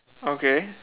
okay